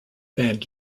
band